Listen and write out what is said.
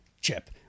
chip